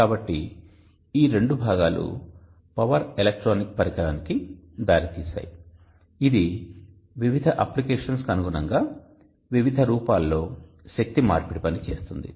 కాబట్టి ఈ రెండు భాగాలు పవర్ ఎలక్ట్రానిక్ పరికరానికి దారితీశాయి ఇది వివిధ అప్లికేషన్స్ కు అనుగుణంగా వివిధ రూపాలలో శక్తి మార్పిడి పని చేస్తుంది